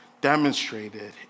demonstrated